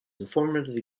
informative